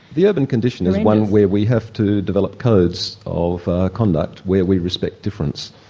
the urban condition is one where we have to develop codes of conduct where we respect difference,